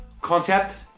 concept